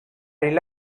rely